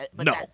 No